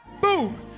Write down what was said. Boom